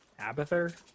Abather